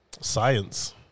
Science